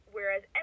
Whereas